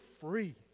free